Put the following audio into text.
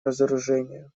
разоружению